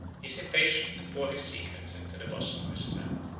is impatient to pour his secrets into the bosom of his friend.